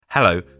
Hello